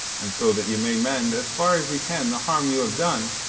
and so that you may mend as far as you can the harm you have done,